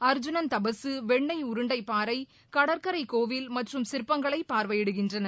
அர்ஜுனன் தபசு வெண்ணை உருண்டை பாறை கடற்கரை கோவில் மற்றும் சிற்பங்களை பார்வையிடுகின்றனர்